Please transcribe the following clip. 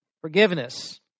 Forgiveness